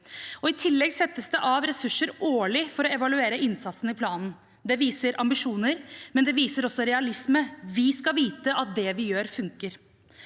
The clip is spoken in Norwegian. I tillegg settes det av ressurser årlig for å evaluere innsatsen i forbindelse med planen. Det viser ambisjoner, men det viser også realisme. Vi skal vite at det vi gjør, funker.